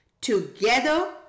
together